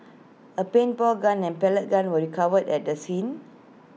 A paintball gun and pellet gun were recovered at the scene